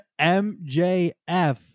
MJF